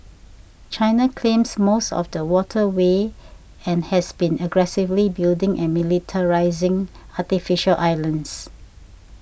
china claims most of the waterway and has been aggressively building and militarising artificial islands